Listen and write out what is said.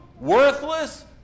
worthless